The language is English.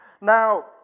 Now